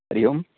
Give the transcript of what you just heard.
हरिः ओम्